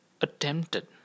attempted